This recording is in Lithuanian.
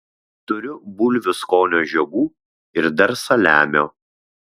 turiu bulvių skonio žiogų ir dar saliamio